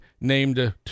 named